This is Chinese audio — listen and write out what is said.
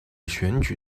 选举